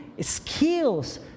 skills